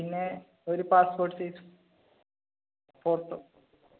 പിന്നെ ഒരു passport size photo